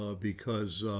ah because,